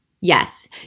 Yes